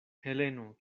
heleno